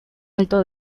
alto